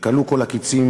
כשכלו כל הקצין,